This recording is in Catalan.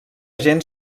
gent